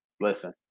listen